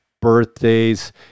birthdays